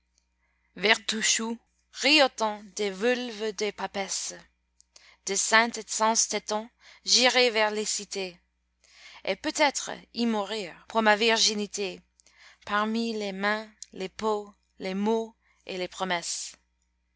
riotant des vulves des papesses de saintes sans tetons j'irai vers les cités et peut-être y mourir pour ma virginité parmi les mains les peaux les mots et les promesses